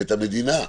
את המדינה,